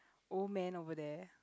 old man over there